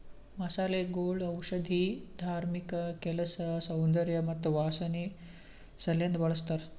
ಮಸಾಲೆಗೊಳ್ ಔಷಧಿ, ಧಾರ್ಮಿಕ ಕೆಲಸ, ಸೌಂದರ್ಯ ಮತ್ತ ವಾಸನೆ ಸಲೆಂದ್ ಬಳ್ಸತಾರ್